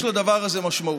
יש לדבר הזה משמעות.